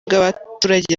bw’abaturage